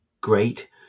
great